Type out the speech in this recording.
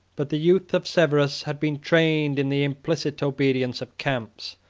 but the youth of severus had been trained in the implicit obedience of camps,